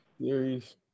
Series